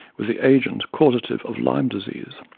with the agent causative of lyme disease.